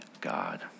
God